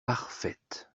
parfaite